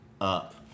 up